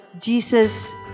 Jesus